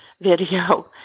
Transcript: video